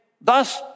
thus